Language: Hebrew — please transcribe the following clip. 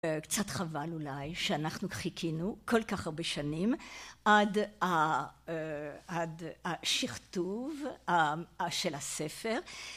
קצת חבל אולי שאנחנו חיכינו כל כך הרבה שנים עד השכתוב של הספר